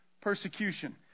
persecution